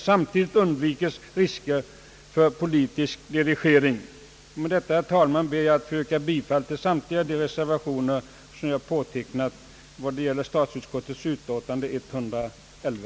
Samtidigt undvikes risker för politisk dirigering. Med detta, herr talman, ber jag att få yrka bifall till alla de reservationer som jag påtecknat vid statsutskottets utlåtande nr 111.